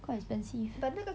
quite expensive